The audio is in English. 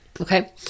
Okay